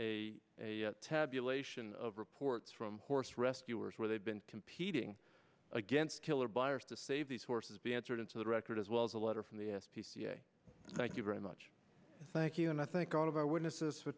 that a tabulation of reports from horse rescuers where they've been competing against killer buyers to save these horses be entered into the record as well as a letter from the s p c a thank you very much thank you and i think all of our witnesses